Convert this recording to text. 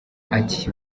ati